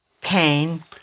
pain